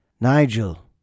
Nigel